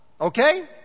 Okay